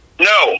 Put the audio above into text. No